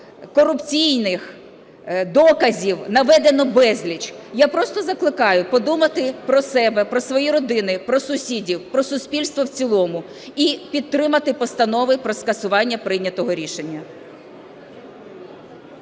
корупційних доказів наведено безліч. Я просто закликаю подумати про себе, про свої родини, про сусідів, про суспільство в цілому і підтримати постанови про скасування прийнятого рішення.